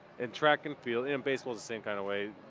in track and field and baseball the same kind of way.